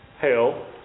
hell